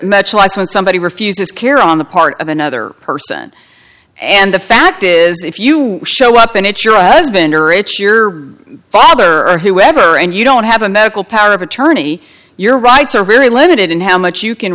much less when somebody refuses care on the part of another person and the fact is if you show up and it's your husband or it's your father whoever and you don't have a medical power of attorney your rights are very limited in how much you can